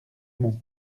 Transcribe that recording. mon